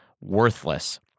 worthless